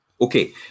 okay